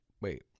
wait